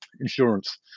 insurance